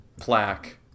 plaque